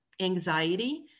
anxiety